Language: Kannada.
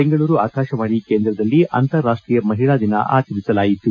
ಬೆಂಗಳೂರು ಆಕಾಶವಾಣಿ ಕೇಂದ್ರದಲ್ಲಿ ಅಂತಾರಾಷ್ಟೀಯ ಮಹಿಳಾ ದಿನ ಅಚರಿಸಲಾಯಿತು